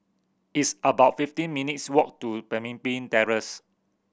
it's about fifteen minutes' walk to Pemimpin Terrace